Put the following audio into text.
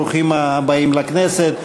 ברוכים הבאים לכנסת.